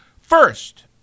first